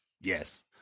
Yes